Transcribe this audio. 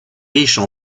riches